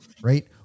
right